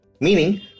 meaning